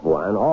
one